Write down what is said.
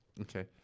Okay